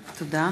תודה.